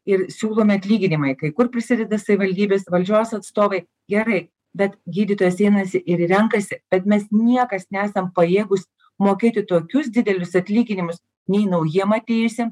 ir siūlomi atlyginimai kai kur prisideda savaldybės valdžios atstovai gerai bet gydytojas einasi ir renkasi bet mes niekas nesam pajėgūs mokėti tokius didelius atlyginimus nei naujiem atėjusi